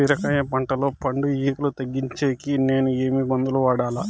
బీరకాయ పంటల్లో పండు ఈగలు తగ్గించేకి నేను ఏమి మందులు వాడాలా?